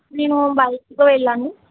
మేము బయటికి వెళ్ళాము